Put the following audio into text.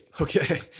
Okay